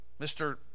Mr